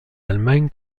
allemagne